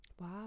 wow